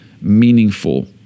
meaningful